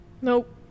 Nope